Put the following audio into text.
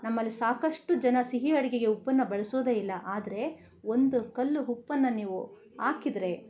ನಮ್ಮಲ್ಲಿ ಸಾಕಷ್ಟು ಜನ ಸಿಹಿ ಅಡುಗೆಗೆ ಉಪ್ಪನ್ನು ಬಳಸೋದೇ ಇಲ್ಲ ಆದರೆ ಒಂದು ಕಲ್ಲು ಉಪ್ಪನ್ನು ನೀವು ಹಾಕಿದರೆ